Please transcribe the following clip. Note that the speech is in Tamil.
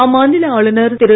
அம்மாநில ஆளுநர் திரு